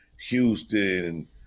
houston